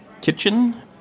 Kitchen